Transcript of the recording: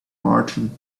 marching